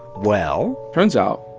well. turns out,